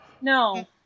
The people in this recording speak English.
No